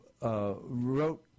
wrote